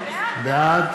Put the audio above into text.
בעד